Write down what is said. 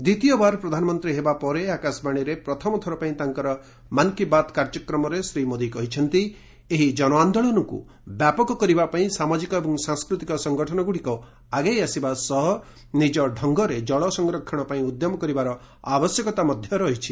ଦ୍ୱିତୀୟବାର ପ୍ରଧାନମନ୍ତ୍ରୀ ହେବା ପରେ ଆକାଶବାଣୀରେ ପ୍ରଥମଥର ପାଇଁ ତାଙ୍କର ମନ୍ କି ବାତ୍ କାର୍ଯ୍ୟକ୍ରମରେ ଶ୍ରୀ ମୋଦି କହିଛନ୍ତି ଏହି ଜନଆନ୍ଦୋଳନକୁ ବ୍ୟାପକ କରିବା ପାଇଁ ସାମାଜିକ ଏବଂ ସାଂସ୍କୃତିକ ସଂଗଠନଗୁଡ଼ିକ ଆଗେଇ ଆସି ନିଜ ଢଙ୍ଗରେ ଜଳ ସଂରକ୍ଷଣ ପାଇଁ ଉଦ୍ୟମ କରିବାର ଆବଶ୍ୟକତା ରହିଛି